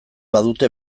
badute